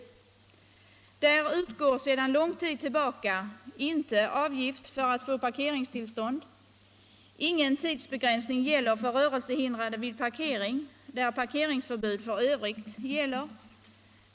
I England utgår sedan lång tid inte avgift för parkeringstillstånd. Ingen tidsbegränsning gäller för rörelsehindrade vid parkering där parkeringsförbud i övrigt råder.